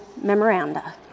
memoranda